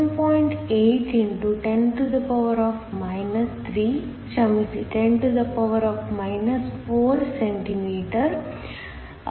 8 x 10 3 ಕ್ಷಮಿಸಿ 10 4 cm ಅಥವಾ 21